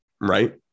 right